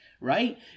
right